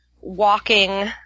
walking